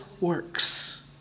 works